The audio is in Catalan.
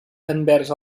envers